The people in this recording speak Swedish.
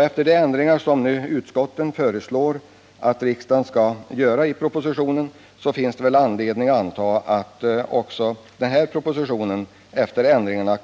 Efter de ändringar som utskotten nu har föreslagit att riksdagen skall göra, finns det väl anledning att anta att även den här propositionen